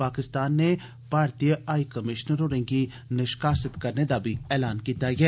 पाकिस्तान नै भारती high commissioner होरें'गी निष्कासित करने दा ऐलान बी कीता ऐ